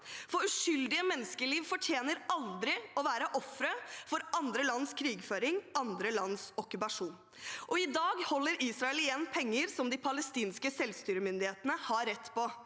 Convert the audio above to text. Uskyldige menneskeliv fortjener aldri å være ofre for andre lands krigføring og andre lands okkupasjon. I dag holder Israel igjen penger de palestinske selvstyremyndighetene har krav på.